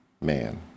man